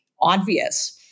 obvious